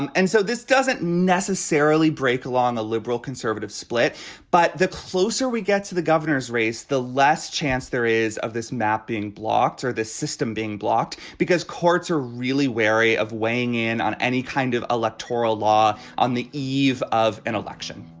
and and so this doesn't necessarily break along the liberal conservative split but the closer we get to the governor's race the less chance there is of this map being blocked or the system being blocked because courts are really wary of weighing in on any kind of electoral law. on the eve of an election